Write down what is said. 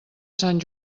sant